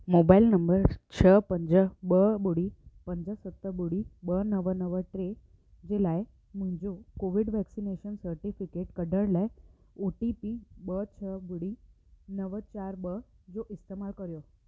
mobile number छह पंज ॿ ॿुड़ी पंज सत ॿुड़ी ॿ नव नव टे जे लाइ मुंहिंजो कोविड वैक्सिनेशन सर्टिफिकेट कढण लाइ ओ टी पी ॿ छ्ह ॿुड़ी नव चार ॿ जो इस्तेमालु कर्यो